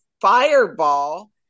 fireball